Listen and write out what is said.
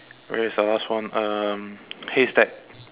where is the last one um haystack